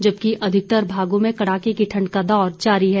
जबकि अधिकतर भागों में कड़ाके की ठण्ड का दौर जारी है